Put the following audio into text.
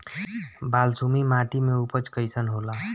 बालसुमी माटी मे उपज कईसन होला?